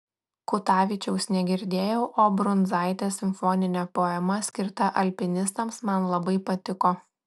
kutavičiaus negirdėjau o brundzaitės simfoninė poema skirta alpinistams man labai patiko